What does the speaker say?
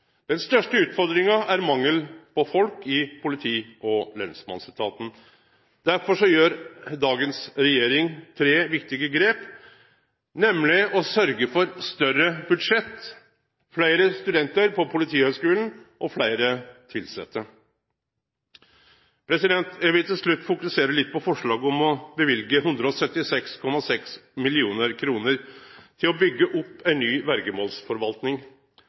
Den største utfordringa er mangel på folk i politi- og lensmannsetaten. Derfor gjer dagens regjering tre viktige grep, nemleg å sørgje for større budsjett, fleire studentar på Politihøgskolen og fleire tilsette. Eg vil til slutt fokusere litt på forslaget om å løyve 176,6 mill. kr til å byggje opp ei ny